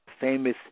famous